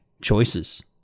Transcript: choices